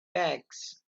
bags